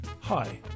Hi